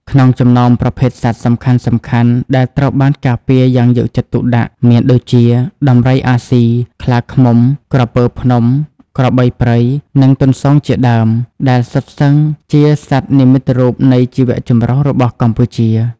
ក្នុងចំណោមប្រភេទសត្វសំខាន់ៗដែលត្រូវបានការពារយ៉ាងយកចិត្តទុកដាក់ មានដូចជា ដំរីអាស៊ី ខ្លាឃ្មុំ ក្រពើភ្នំ ក្របីព្រៃ និងទន្សោងជាដើម ដែលសុទ្ធសឹងជាសត្វនិមិត្តរូបនៃជីវៈចម្រុះរបស់កម្ពុជា។